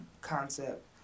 concept